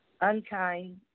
unkind